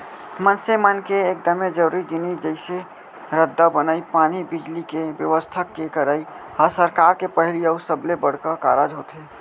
मनसे मन के एकदमे जरूरी जिनिस जइसे रद्दा बनई, पानी, बिजली, के बेवस्था के करई ह सरकार के पहिली अउ सबले बड़का कारज होथे